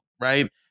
Right